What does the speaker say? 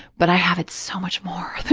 but i have it so much more